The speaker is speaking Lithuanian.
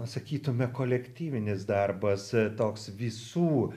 sakytume kolektyvinis darbas toks visų